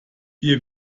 wir